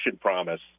promise